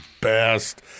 best